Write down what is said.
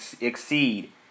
exceed